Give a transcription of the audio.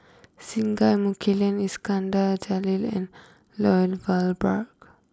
Singai Mukilan Iskandar Jalil and Lloyd Valberg